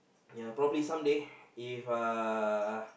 ya probably some day if uh